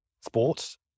sports